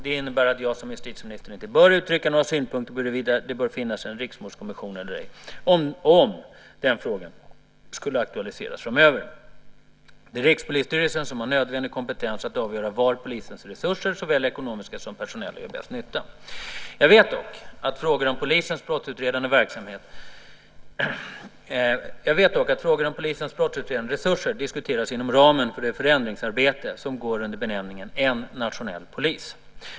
Det innebär att jag som justitieminister inte bör uttrycka några synpunkter på huruvida det bör finnas en riksmordkommission eller ej, om den frågan skulle aktualiseras framöver. Det är Rikspolisstyrelsen som har nödvändig kompetens att avgöra var polisens resurser, såväl ekonomiska som personella, gör bäst nytta. Jag vet dock att frågor om polisens brottsutredande resurser diskuteras inom ramen för det förändringsarbete som går under benämningen en nationell polis.